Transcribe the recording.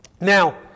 Now